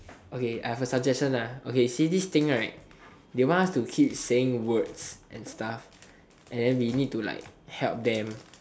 okay I have a suggestion ah see this thing right they want us to keep saying words and stuff and we need to like help them